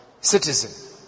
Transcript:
citizen